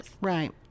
right